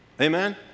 Amen